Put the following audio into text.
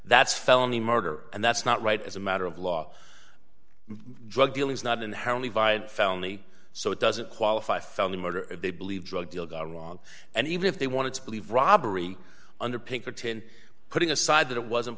that's felony murder and that's not right as a matter of law drug dealing is not inherently violent felony so it doesn't qualify felony murder if they believe drug deal gone wrong and even if they wanted to believe robbery under pinkerton putting aside that it wasn't